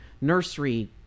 nursery